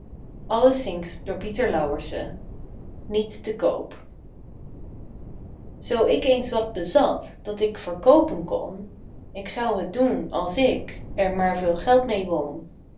niet te koop zoo ik eens wat bezat dat ik verkoopen kon ik zou het doen als ik er maar veel geld meê won